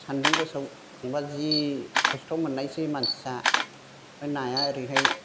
सानदुं गोसायाव थांब्ला जि खस्थ' मोननायसै मानसिया ओमफाय नाया ओरैहाय